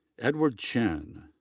edward chen.